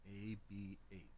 A-B-H